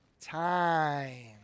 time